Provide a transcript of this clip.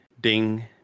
ding